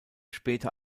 später